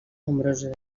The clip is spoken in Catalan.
nombrosos